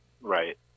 Right